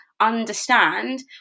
understand